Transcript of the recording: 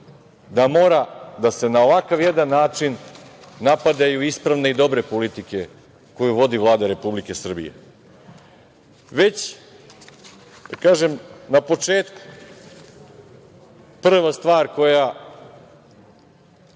da mora da se na ovakav jedan način napadaju ispravne i dobre politike koju vodi Vlada Republike Srbije. Već, da kažem, na početku, prva stvar koja